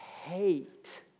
hate